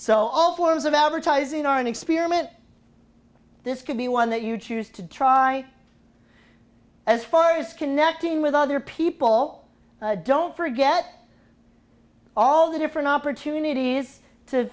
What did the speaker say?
so all forms of advertising are an experiment this could be one that you choose to try as far as connecting with other people don't forget all the different opportunities to